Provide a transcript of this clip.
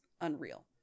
unreal